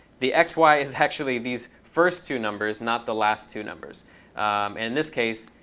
the x, y is actually these first two numbers, not the last two numbers. and in this case,